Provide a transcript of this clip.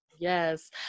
Yes